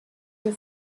für